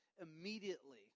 immediately